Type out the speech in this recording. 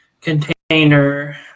container